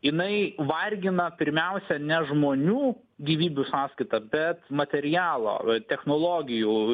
jinai vargina pirmiausia ne žmonių gyvybių sąskaita bet materialo technologijų